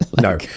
No